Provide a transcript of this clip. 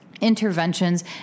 interventions